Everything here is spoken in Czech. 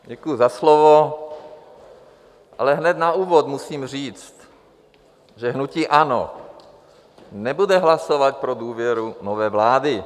Děkuji za slovo, ale hned na úvod musím říct, že hnutí ANO nebude hlasovat pro důvěru nové vládě.